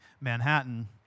Manhattan